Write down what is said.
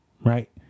Right